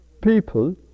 people